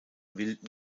wilden